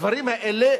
הדברים האלה